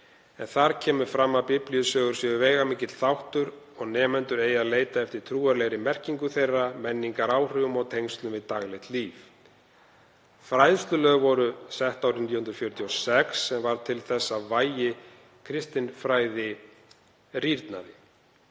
en þar kemur fram að biblíusögur séu veigamikill þáttur og nemendur eigi að leita eftir trúarlegri merkingu þeirra, menningaráhrifum og tengslum við daglegt líf. Fræðslulög voru sett árið 1946 sem varð til þess að vægi kristinfræðslu rýrnaði.